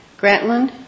Grantland